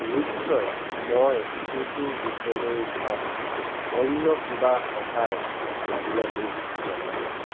নিশ্চয় মই এইটো বিষয়লৈ চাম অন্য কিবা সহায় লাগিলে মোক জনাব